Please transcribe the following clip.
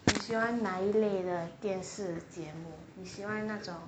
你喜欢哪一类的电视节目你喜欢那种